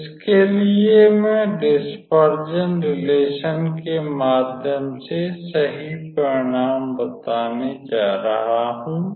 इसके लिए मैं डिस्पर्जन रिलेशन् के माध्यम से सही परिणाम बताने जा रहा हूं